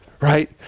right